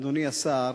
אדוני השר,